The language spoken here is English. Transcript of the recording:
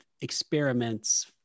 experiments